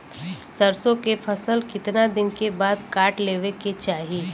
सरसो के फसल कितना दिन के बाद काट लेवे के चाही?